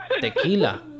Tequila